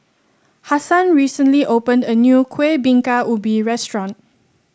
Hassan recently opened a new Kueh Bingka Ubi restaurant